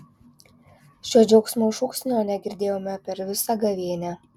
šio džiaugsmo šūksnio negirdėjome per visą gavėnią